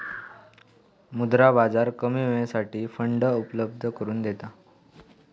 मुद्रा बाजार कमी वेळेसाठी फंड उपलब्ध करून देता